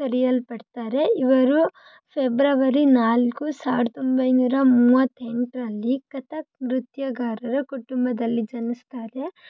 ಕರೆಯಲ್ಪಡ್ತಾರೆ ಇವರು ಫೆಬ್ರವರಿ ನಾಲ್ಕು ಸಾವಿರದ ಒಂಬೈನೂರ ಮೂವತ್ತೆಂಟರಲ್ಲಿ ಕಥಕ್ ನೃತ್ಯಗಾರರ ಕುಟುಂಬದಲ್ಲಿ ಜನಿಸ್ತಾರೆ